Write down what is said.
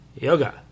Yoga